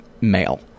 male